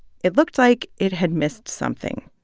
it looked like it had missed something,